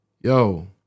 Yo